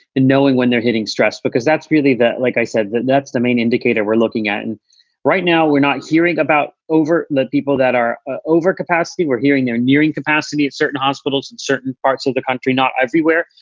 and knowing when they're hitting stress, because that's really that like i said, that's the main indicator we're looking at. and right now, we're not hearing about over the people that are over-capacity. we're hearing they're nearing capacity at certain hospitals in certain parts of the country, not everywhere.